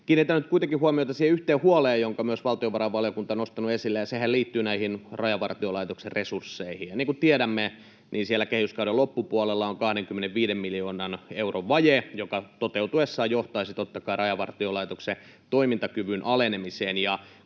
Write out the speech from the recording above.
kuitenkin huomiota siihen yhteen huoleen, jonka myös valtiovarainvaliokunta on nostanut esille, ja sehän liittyy Rajavartiolaitoksen resursseihin. Niin kuin tiedämme, siellä kehyskauden loppupuolella on 25 miljoonan euron vaje, joka toteutuessaan johtaisi, totta kai, Rajavartiolaitoksen toimintakyvyn alenemiseen.